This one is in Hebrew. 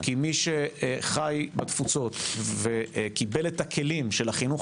כי מי שחי בתפוצות וקיבל את הכלים של החינוך